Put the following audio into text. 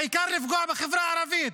העיקר לפגוע בחברה הערבית.